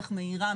אך מהירה,